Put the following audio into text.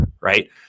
Right